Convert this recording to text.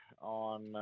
on